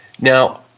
Now